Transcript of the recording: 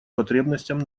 потребностям